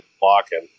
blocking